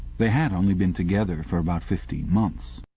they had only been together for about fifteen months.